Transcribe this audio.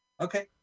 okay